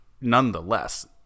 nonetheless